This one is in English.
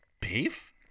Beef